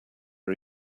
are